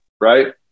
right